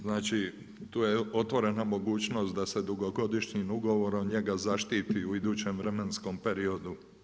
Znači, tu je otvorena mogućnost da se dugogodišnjim ugovorom njega zaštiti u idućem vremenskom periodu.